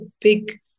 big